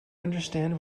understand